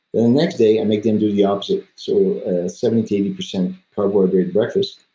the next day i make them do the opposite, so seventy eighty percent carbohydrate breakfast,